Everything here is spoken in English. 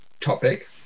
topic